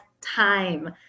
time